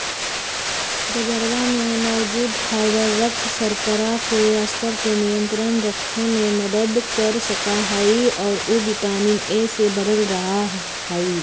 गजरवा में मौजूद फाइबर रक्त शर्करा के स्तर के नियंत्रण रखे में मदद कर सका हई और उ विटामिन ए से भरल रहा हई